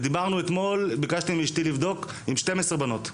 ודיברנו אתמול, ביקשתי מאשתי לבדוק, עם 12 בנות.